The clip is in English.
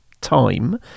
time